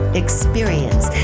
experience